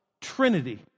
Trinity